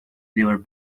labor